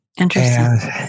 Interesting